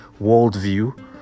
worldview